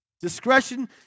discretion